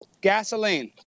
gasoline